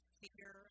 fear